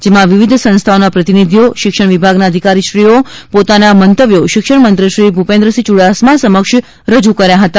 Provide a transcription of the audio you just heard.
જેમાં વિવિધ સંસ્થાઓના પ્રતિનિધિઓ શિક્ષણ વિભાગના અધિકારીશ્રીઓએ પોતાના મંતવ્યો શિક્ષણમંત્રીશ્રી ભુપેન્દ્રસિં ચુડાસમામાં સમક્ષ રજૂ કર્યા હતા